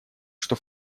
что